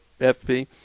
FP